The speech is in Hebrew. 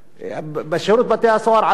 בשירות בתי-הסוהר עדיין לא קבעו.